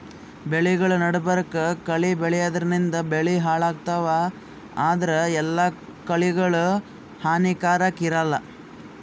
ಬೆಳಿಗೊಳ್ ನಡಬರ್ಕ್ ಕಳಿ ಬೆಳ್ಯಾದ್ರಿನ್ದ ಬೆಳಿ ಹಾಳಾಗ್ತಾವ್ ಆದ್ರ ಎಲ್ಲಾ ಕಳಿಗೋಳ್ ಹಾನಿಕಾರಾಕ್ ಇರಲ್ಲಾ